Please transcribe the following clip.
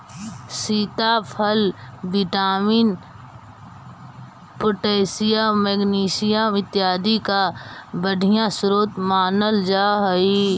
सीताफल vitamin, potassium, magnesium इत्यादि का बढ़िया स्रोत मानल जा हई